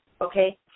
Okay